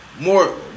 more